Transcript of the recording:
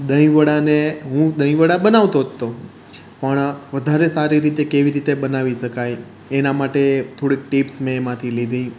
દહીંવડા ને હું દહીંવડા બનાવતો જ હતો પણ વધારે સારી રીતે કેવી રીતે બનાવી શકાય એના માટે થોડીક ટિપ્સ મેં એમાંથી લીધી